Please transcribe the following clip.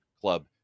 club